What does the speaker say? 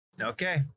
Okay